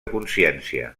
consciència